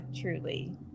truly